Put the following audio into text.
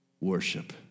worship